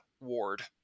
ward